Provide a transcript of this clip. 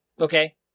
Okay